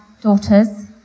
daughters